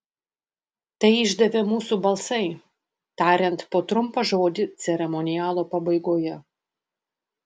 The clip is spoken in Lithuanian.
tai išdavė mūsų balsai tariant po trumpą žodį ceremonialo pabaigoje